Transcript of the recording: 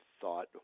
thought